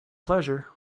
pleasure